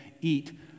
eat